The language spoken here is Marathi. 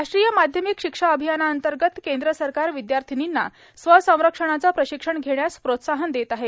राष्ट्रीय माध्यमिक शिक्षा अभियानांतर्गत केंद्र सरकार विद्यार्थिर्नीना स्वसंरक्षणाचं प्रशिक्षण घेण्यास प्रोत्साहन देत आहे